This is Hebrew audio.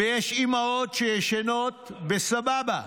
ויש אימהות שישנות בסבבה.